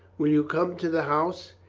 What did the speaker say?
will you come to the house?